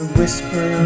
whisper